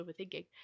overthinking